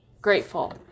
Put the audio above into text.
Grateful